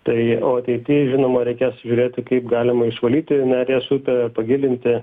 tai o ateity žinoma reikia žiūrėti kaip galima išvalyti neries upę pagilinti